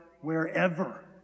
wherever